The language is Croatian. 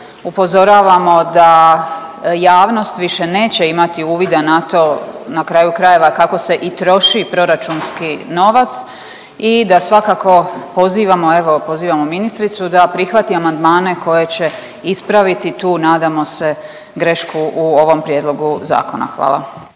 upozoravamo da javnost više neće imati uvida na to na kraju krajeva kako se i troši proračunski novac i da svakako pozivamo evo, pozivamo ministricu da prihvati amandmane koje će ispraviti tu nadamo se grešku u ovom prijedlogu zakona. Hvala.